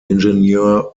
ingenieur